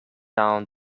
down